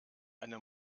eine